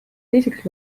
teiseks